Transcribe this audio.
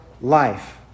life